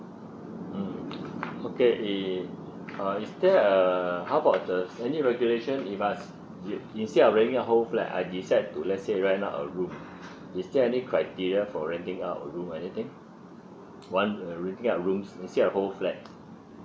mm okay if uh is there err how about the any regulation give us in~ instead of renting a whole flat I decide to let say rent out a room is there any criteria for renting out a room anything one room ya rooms instead of whole flat